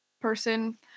person